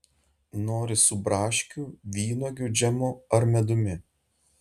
nori su braškių vynuogių džemu ar medumi